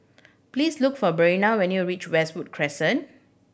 please look for Brenna when you reach Westwood Crescent